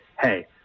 hey